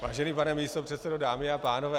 Vážený pane místopředsedo, dámy a pánové.